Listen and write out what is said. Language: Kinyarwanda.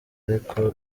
ariko